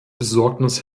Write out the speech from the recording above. besorgnis